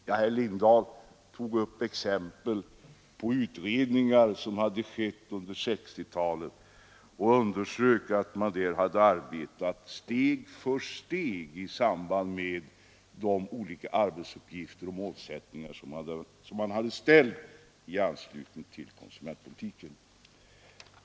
Men herr Lindahl tog upp exempel på utredningar som hade skett under 1960-talet och underströk att man där hade arbetat steg för steg i samband med de olika arbetsuppgifter och målsättningar som man hade i anslutning till konsumentpolitiken.